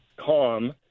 calm